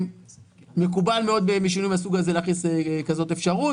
מקובל מאוד בשינויים מהסוג הזה להכניס כזאת אפשרות,